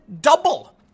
double